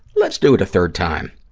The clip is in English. let's do it a third time.